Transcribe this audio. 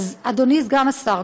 אדוני סגן השר,